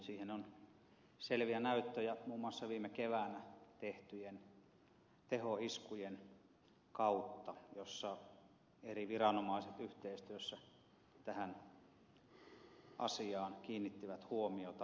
siitä on selviä näyttöjä muun muassa viime keväänä tehtyjen tehoiskujen kautta joissa eri viranomaiset yhteistyössä tähän asiaan kiinnittivät huomiota